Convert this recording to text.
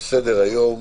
על סדר-היום: